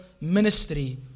ministry